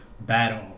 battle